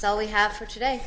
so we have for today